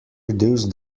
reduce